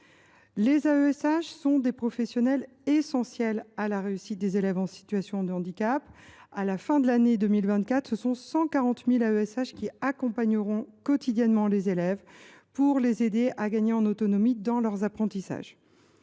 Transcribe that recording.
Les AESH sont des professionnels essentiels à la réussite des élèves en situation de handicap. À la fin de l’année 2024, ce sont 140 000 AESH qui accompagneront quotidiennement les élèves pour les aider à gagner en autonomie dans leurs apprentissages.